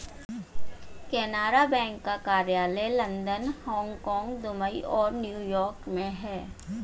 Canara bank का कार्यालय London Hong Kong Dubai और न्यू यॉर्क में है